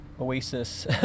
oasis